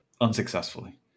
unsuccessfully